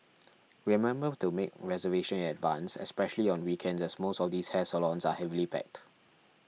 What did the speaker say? remember to make reservation in advance especially on weekends as most of these hair salons are heavily packed